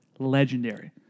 Legendary